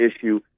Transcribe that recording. issue